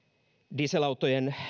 dieselautojen